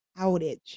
outage